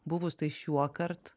buvus tai šiuokart